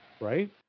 Right